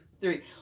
three